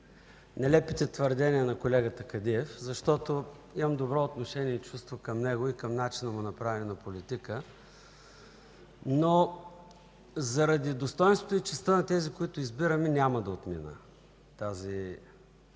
нелепите твърдения на колегата Кадиев, защото имам добро отношение и чувство към него, и към начина му на правене на политика, но заради достойнството и честта на тези, които избираме, няма да отмина тези